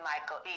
Michael